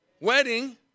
Wedding